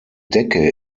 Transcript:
decke